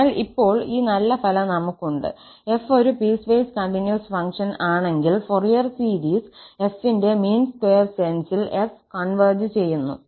അതിനാൽ ഇപ്പോൾ ഈ നല്ല ഫലം നമുക്കുണ്ട് 𝑓 ഒരു പീസ്വേസ് കണ്ടിന്യൂസ് ഫംഗ്ഷൻ ആണെങ്കിൽ ഫോറിയർ സീരീസ് 𝑓 ന്റെ മീൻ സ്ക്വയർ സെൻസിൽ 𝑓 കോൺവെർജ് ചെയ്യുന്നു